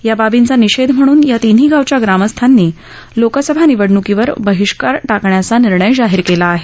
या बाबींचा निषेध म्हणून या तिन्ही गावच्या ग्रामस्थांनी लोकसभा निवडणुकीवर बहिष्कार किण्याचा निर्णय जाहीर केला आहे